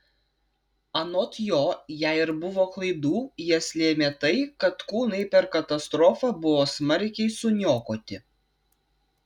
anot jo jei ir buvo klaidų jas lėmė tai kad kūnai per katastrofą buvo smarkiai suniokoti